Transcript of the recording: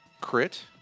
crit